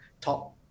top